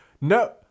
no